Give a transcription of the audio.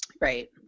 Right